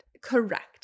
correct